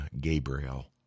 Gabriel